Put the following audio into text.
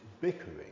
bickering